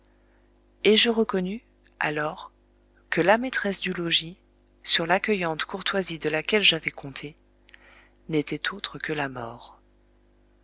et je reconnus alors que la maîtresse du logis sur l'accueillante courtoisie de laquelle j'avais compté n'était autre que la mort